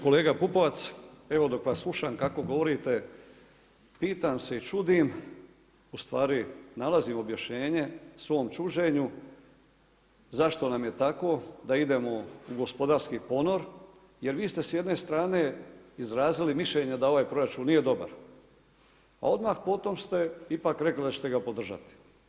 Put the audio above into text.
Kolega Pupovac, evo dok vas slušam kako govorite pitam se i čudim ustvari nalazim objašnjenje svom čuđenju zašto nam je tako da idemo u gospodarski ponor jer vi ste s jedne strane izrazili mišljenja da ovaj proračun nije dobar a odmah potom ste ipak rekli da ćete da podržati.